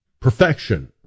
perfection